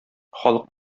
халык